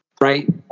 right